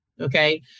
Okay